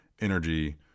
energy